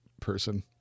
person